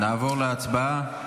נעבור להצבעה,